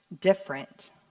different